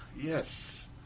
Yes